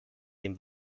dem